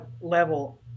level